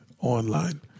online